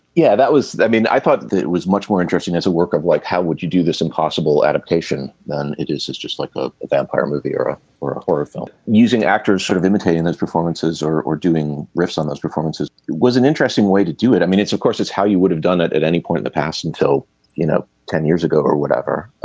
yeah that was i mean i thought that was much more interesting as a work of like how would you do this impossible adaptation than it is it's just like a vampire movie era or a horror film using actors sort of imitating his performances or or doing riffs on those performances was an interesting way to do it i mean it's of course it's how you would have done it at any point in the past until you know ten years ago or whatever.